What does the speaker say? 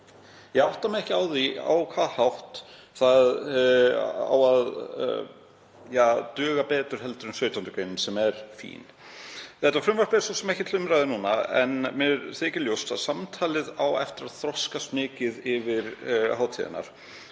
Ég átta mig ekki á því á hvaða hátt það á að duga betur en 17. gr. sem er fín. Þetta frumvarp er svo sem ekki til umræðu núna en mér þykir ljóst að samtalið á eftir að þroskast mikið yfir hátíðarnar.